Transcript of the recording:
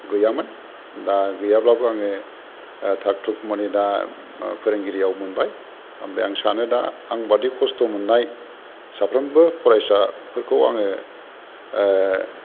गैयामोन दा गैयाब्लाबो आङो थाकथुक माने दा फोरोंगिरियाव मोनबाय ओमफ्राय आं सानो दा आंबादि खस्थ' मोननाय साफ्रोमबो फरायसाफोरखौ आङो